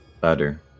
better